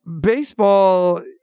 Baseball